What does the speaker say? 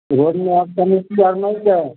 road मे आर समिति आर नहि छै